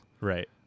Right